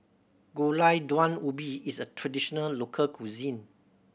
Gulai Daun Ubi is a traditional local cuisine